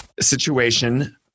situation